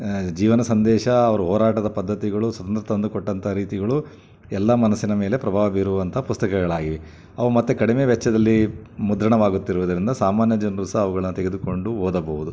ಜೀವನ ಸಂದೇಶ ಅವ್ರ ಹೋರಾಟದ ಪದ್ಧತಿಗಳು ಸ್ವತಂತ್ರ ತಂದು ಕೊಟ್ಟಂಥ ರೀತಿಗಳು ಎಲ್ಲ ಮನಸ್ಸಿನ ಮೇಲೆ ಪ್ರಭಾವ ಬೀರುವಂಥ ಪುಸ್ತಕಗಳಾಗಿವೆ ಅವು ಮತ್ತು ಕಡಿಮೆ ವೆಚ್ಚದಲ್ಲಿ ಮುದ್ರಣವಾಗುತ್ತಿರುವುದರಿಂದ ಸಾಮಾನ್ಯ ಜನರೂ ಸಹ ಅವುಗಳನ್ನ ತೆಗೆದುಕೊಂಡು ಓದಬಹುದು